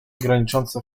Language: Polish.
graniczące